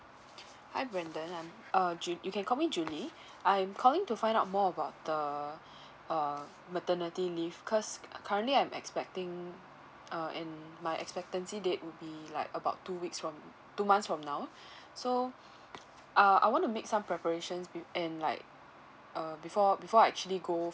hi brendan I'm uh ju~ you can call me julie I'm calling to find out more about the err maternity leave cause currently I'm expecting uh and my expectancy date would be like about two weeks from two months from now so uh I want to make some preparations be~ and like uh before before I actually go